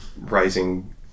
rising